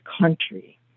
country